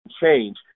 change